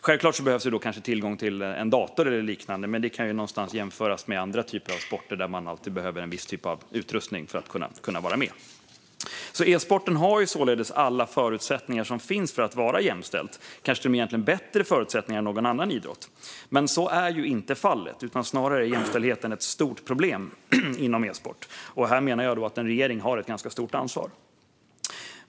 Självklart behövs kanske tillgång till en dator eller liknande, men det kan någonstans jämföras med andra typer av sporter där man alltid behöver en viss typ av utrustning för att kunna vara med. E-sporten har således alla förutsättningar att vara jämställd, kanske till och med bättre förutsättningar än någon annan idrott. Men så är inte fallet, utan snarare är jämställdheten ett stort problem inom e-sport. Och här menar jag att en regering har ett ganska stort ansvar.